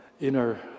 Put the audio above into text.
inner